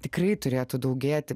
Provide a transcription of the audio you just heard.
tikrai turėtų daugėti